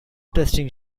testing